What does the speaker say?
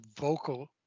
vocal